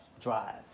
drive